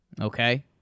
Okay